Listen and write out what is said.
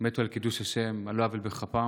שמתו על קידוש השם על לא עוול בכפם.